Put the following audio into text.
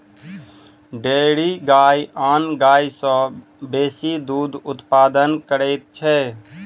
dairy गाय आन गाय सभ सॅ बेसी दूध उत्पादन करैत छै